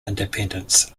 independence